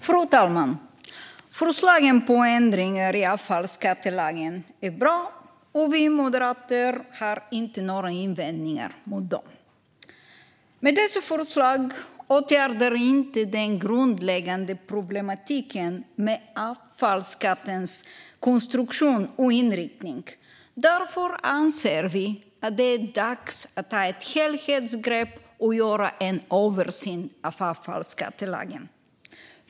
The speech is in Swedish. Fru talman! Förslagen på ändringar i avfallsskattelagen är bra, och vi moderater har inte några invändningar mot dem. Men dessa förslag åtgärdar inte den grundläggande problematiken med avfallsskattens konstruktion och inriktning. Därför anser vi att det är dags att ta ett helhetsgrepp och göra en översyn av avfallsskattelagen.